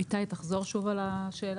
איתי, תחזור שוב על השאלה.